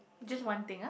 just one thing ah